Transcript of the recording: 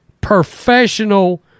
professional